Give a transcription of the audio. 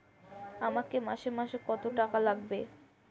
আমাকে মাসে মাসে কত টাকা লাগবে?